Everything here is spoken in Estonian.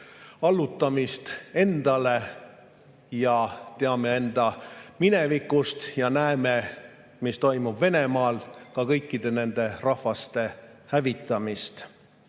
allutamist endale – me teame seda enda minevikust ja näeme, mis toimub Venemaal –, ka kõikide nende rahvaste hävitamist.